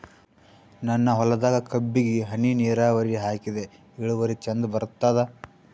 ನನ್ನ ಹೊಲದಾಗ ಕಬ್ಬಿಗಿ ಹನಿ ನಿರಾವರಿಹಾಕಿದೆ ಇಳುವರಿ ಚಂದ ಬರತ್ತಾದ?